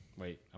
Wait